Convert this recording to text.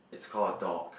it's call a dog